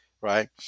right